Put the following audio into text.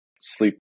sleep